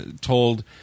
told